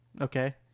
Okay